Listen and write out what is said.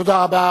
תודה רבה.